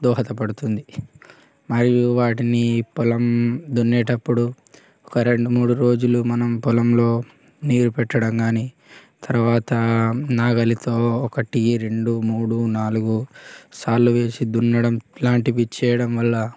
దోహదపడుతుంది మరియు వాటిని పొలం దున్నేటప్పుడు ఒక రెండు మూడు రోజులు మనం పొలంలో నీరు పెట్టడం గానీ తర్వాత నాగలితో ఒకటి రెండు మూడు నాలుగు సార్లు వేసి దున్నడం ఇలాంటివి చేయడం వల్ల